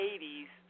80s